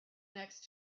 next